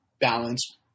balance